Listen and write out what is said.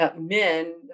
men